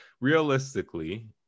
realistically